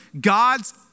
God's